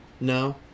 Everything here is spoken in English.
No